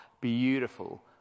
beautiful